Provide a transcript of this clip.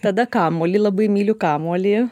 tada kamuolį labai myliu kamuolį